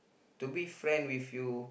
to be friend with you